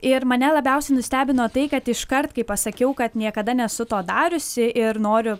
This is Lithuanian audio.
ir mane labiausiai nustebino tai kad iškart kai pasakiau kad niekada nesu to dariusi ir noriu